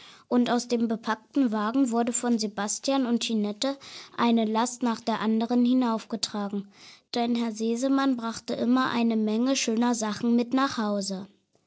und aus dem bepackten wagen wurde von sebastian und tinette eine last nach der anderen hinaufgetragen denn herr sesemann brachte immer eine menge schöner sachen mit nach hause